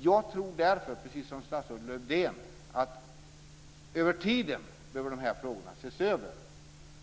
Jag tror därför, precis som statsrådet Lövdén, att de här frågorna över tiden behöver ses över.